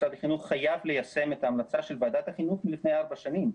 משרד החינוך חייב ליישם את ההמלצה של ועדת החינוך מלפני ארבע שנים.